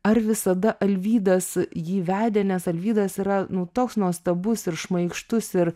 ar visada alvydas jį vedė nes alvydas yra nu toks nuostabus ir šmaikštus ir